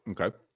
Okay